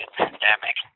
pandemic